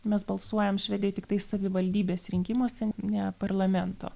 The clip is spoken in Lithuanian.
mes balsuojam švedijoj tiktai savivaldybės rinkimuose ne parlamento